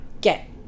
get